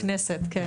הכנסת, כן.